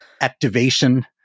activation